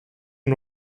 nur